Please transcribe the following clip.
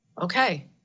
Okay